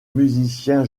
musicien